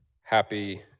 Happy